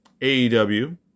AEW